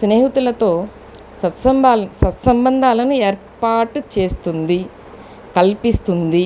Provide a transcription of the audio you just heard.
స్నేహితులతో సత్సంబంధాలను ఏర్పాటు చేస్తుంది కల్పిస్తుంది